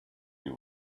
you